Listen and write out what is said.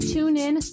TuneIn